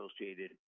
associated